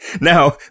Now